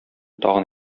тагын